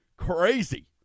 Crazy